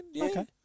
Okay